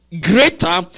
Greater